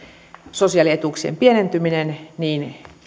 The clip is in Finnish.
sosiaalietuuksien pienentyminen niin